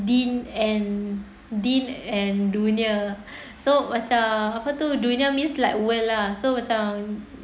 deen and deen and dunya so macam apa tu dunya means like world lah so macam